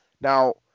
Now